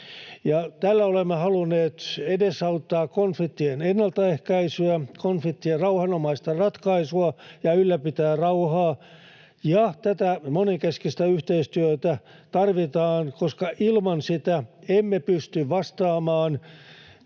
Tällä olemme halunneet edesauttaa konfliktien ennaltaehkäisyä, konfliktien rauhanomaista ratkaisua ja ylläpitää rauhaa, ja tätä monenkeskistä yhteistyötä tarvitaan, koska ilman sitä emme pysty vastaamaan